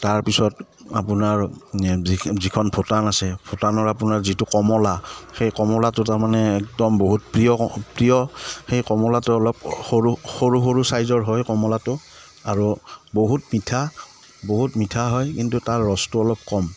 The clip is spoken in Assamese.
তাৰপিছত আপোনাৰ যি যিখন ভূটান আছে ভূটানৰ আপোনাৰ যিটো কমলা সেই কমলাটো তাৰমানে একদম বহুত প্ৰিয় প্ৰিয় সেই কমলাটো অলপ সৰু সৰু সৰু ছাইজৰ হয় কমলাটো আৰু বহুত মিঠা বহুত মিঠা হয় কিন্তু তাৰ ৰসটো অলপ কম